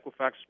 Equifax